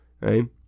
right